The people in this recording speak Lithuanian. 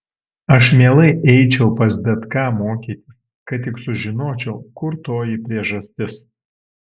aš mielai eičiau pas bet ką mokytis kad tik sužinočiau kur toji priežastis